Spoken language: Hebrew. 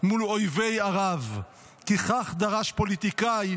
מול אויבי ערב, כי כך דרש פוליטיקאי,